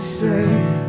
safe